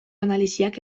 analisiak